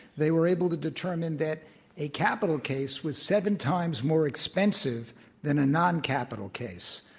they were able to determine that a capital case was seven times more expensive than a noncapital case,